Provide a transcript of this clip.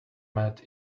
met